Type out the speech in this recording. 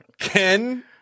Ken